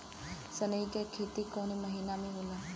सनई का खेती कवने महीना में होला?